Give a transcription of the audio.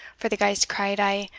for the ghaist cried aye,